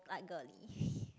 like girly